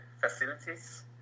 facilities